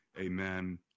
Amen